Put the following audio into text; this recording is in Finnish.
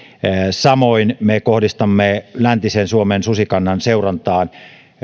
samoin me kohdistamme läntisen suomen susikannan seurantaan